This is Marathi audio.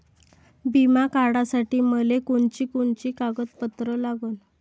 बिमा काढासाठी मले कोनची कोनची कागदपत्र लागन?